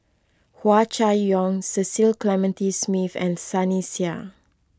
Hua Chai Yong Cecil Clementi Smith and Sunny Sia